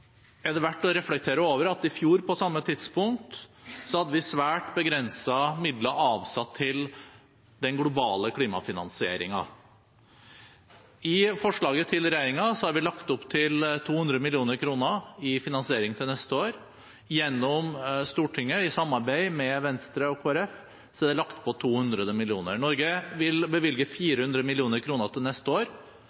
er det verdt å reflektere over at i fjor på samme tidspunkt hadde vi svært begrensede midler avsatt til den globale klimafinansieringen. I forslaget til regjeringen har vi lagt opp til 200 mill. kr i finansiering til neste år. I Stortinget, i samarbeid med Venstre og Kristelig Folkeparti, er det lagt på 200 mill. kr. Norge vil bevilge